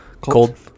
Cold